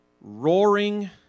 roaring